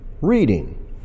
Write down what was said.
reading